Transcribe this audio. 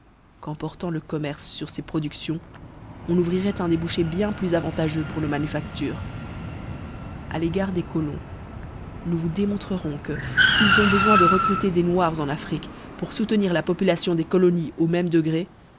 qu'en portant le commerce fur ces productions on ouvriroit un débouché bien plus avantageux pour nos manufactures a l'égard des colons nous vous démontrerons que s'ils ont befoin de recruter des noirs en afrique pour foutenir la population des colonies au même degré